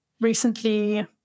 recently